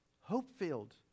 Hope-filled